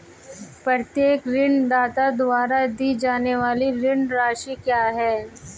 प्रत्येक ऋणदाता द्वारा दी जाने वाली ऋण राशि क्या है?